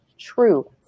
true